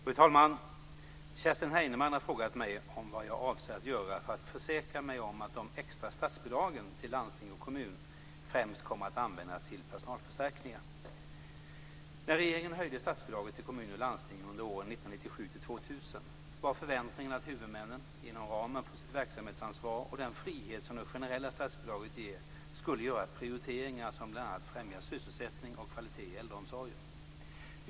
Fru talman! Kerstin Heinemann har frågat mig vad jag avser att göra för att försäkra mig om att de extra statsbidragen till landsting och kommun främst kommer att användas till personalförstärkningar. När regeringen höjde statsbidraget till kommuner och landsting under åren 1997-2000 var förväntningarna att huvudmännen inom ramen för sitt verksamhetsansvar och den frihet som det generella statsbidraget ger skulle göra prioriteringar som bl.a. främjar sysselsättning och kvalitet i äldreomsorgen.